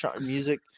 music